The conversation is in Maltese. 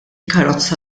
karozza